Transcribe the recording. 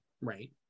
right